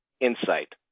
insight